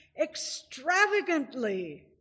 extravagantly